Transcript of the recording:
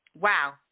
Wow